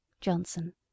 Johnson